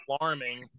alarming